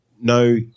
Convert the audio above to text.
no